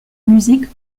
musique